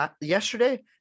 yesterday